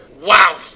Wow